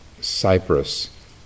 Cyprus